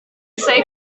safe